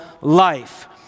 life